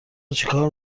چیکار